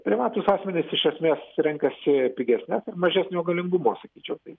privatūs asmenys iš esmės renkasi pigesnes ir mažesnio galingumo sakyčiau tai